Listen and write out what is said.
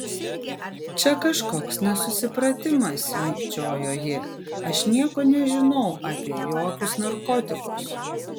čia kažkoks nesusipratimas mikčiojo ji aš nieko nežinau apie jokius narkotikus